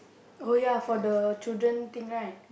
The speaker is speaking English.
oh ya for the children thing right